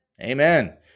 Amen